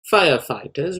firefighters